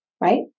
right